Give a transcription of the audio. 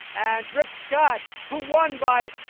and rick scott, who won by